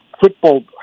football